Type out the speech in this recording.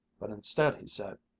but instead he said,